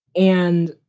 and,